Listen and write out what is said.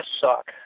suck